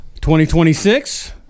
2026